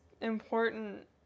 important